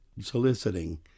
soliciting